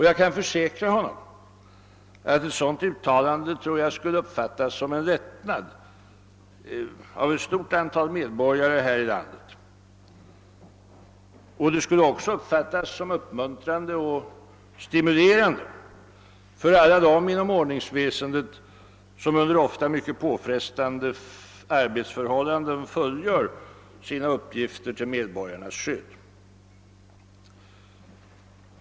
Jag kan försäkra att ett sådant uttalande skulle uppfattas som en lättnad av ett stort antal medborgare här i landet. Det skulle också uppfattas som uppmuntrande och stimulerande för alla dem inom ordningsväsendet, som under ofta mycket påfrestande arbetsförhållanden fullgör sina uppgifter till medborgarnas skydd.